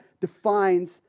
defines